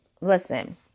listen